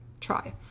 try